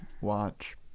watch